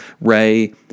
Ray